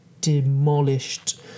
demolished